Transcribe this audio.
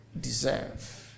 deserve